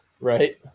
Right